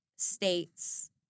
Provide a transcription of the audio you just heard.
states